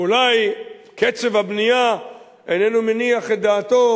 אולי קצב הבנייה איננו מניח את דעתו